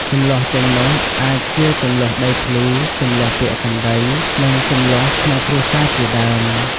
ជម្លោះទាំងនោះអាចជា ជម្លោះដីធ្លី ជម្លោះពាក្យសម្ដី និងជម្លោះក្នុងគ្រួសារជាដើម។